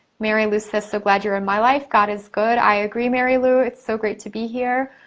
mary lou says, so glad you're in my life. god is good. i agree, mary lou. it's so great to be here.